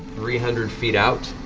three hundred feet out